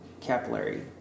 capillary